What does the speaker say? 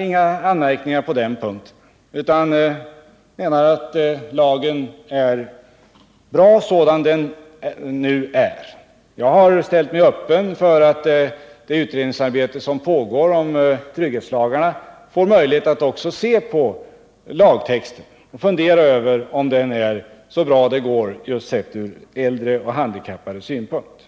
inga anmärkningar på den punkten utan anser att lagen är bra sådan den nu är. Jag har ställt mig öppen till det utredningsarbete som pågår om trygghetslagarna och till möjligheten att också se på lagtexten och fundera över om den är så bra den kan vara från äldres och handikappades synpunkt.